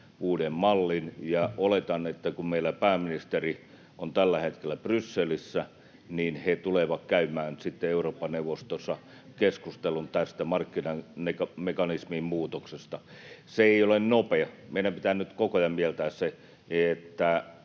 uuden mallin, ja oletan, että kun meillä pääministeri on tällä hetkellä Brysselissä, niin he tulevat käymään Eurooppa-neuvostossa keskustelun tästä markkinamekanismin muutoksesta. [Sanni Grahn-Laasonen: Missä viipyvät